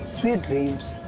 sweet dreams.